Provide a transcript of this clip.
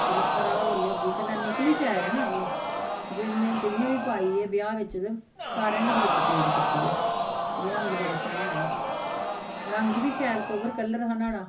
चलो खरा होर लैओ गी कन्नै निकली शैल ना एह् जे में जियां बी पाई एह् ब्याह् बिच्च सारें गै बड़ी पसंद कीती ऐ जे रंग बड़ा सोह्ना एह्दा रंग बी शैल सोवर कलर हा न्हाड़ा